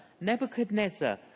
Nebuchadnezzar